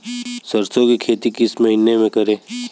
सरसों की खेती किस मौसम में करें?